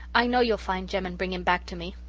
i know you'll find jem and bring him back to me.